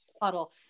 puddle